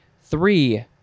Three